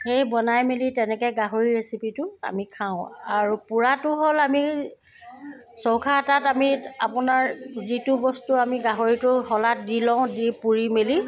সেই বনাই মেলি তেনেকৈ গাহৰি ৰেচিপিটো আমি খাওঁ আৰু পোৰাটো হ'ল আমি চৌকা এটাত আমি আপোনাৰ যিটো বস্তু আমি গাহৰিটো শলাত দি লওঁ দি পুৰি মেলি